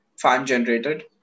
fan-generated